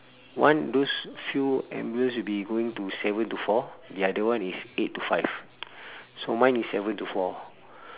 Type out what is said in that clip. one those few ambulance will be going to seven to four the other one is eight to five so mine is seven to four